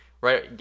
right